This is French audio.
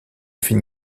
fine